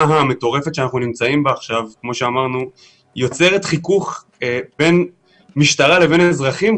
המטורפת שאנחנו נמצאים בה עכשיו יוצרת חיכוך בין המשטרה לבין האזרחים,